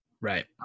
Right